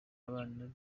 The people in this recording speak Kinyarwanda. abana